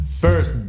First